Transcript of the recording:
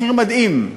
מחיר מדהים.